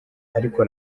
ariko